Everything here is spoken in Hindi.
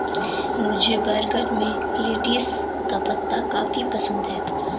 मुझे बर्गर में लेटिस का पत्ता काफी पसंद है